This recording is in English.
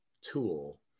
tool